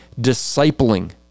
discipling